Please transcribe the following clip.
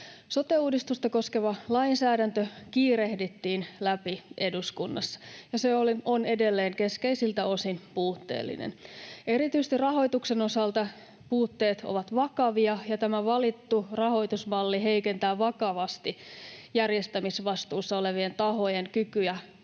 Sote-uudistusta koskeva lainsäädäntö kiirehdittiin läpi eduskunnassa, ja se on edelleen keskeisiltä osin puutteellinen. Erityisesti rahoituksen osalta puutteet ovat vakavia, ja tämä valittu rahoitusmalli heikentää vakavasti järjestämisvastuussa olevien tahojen kykyä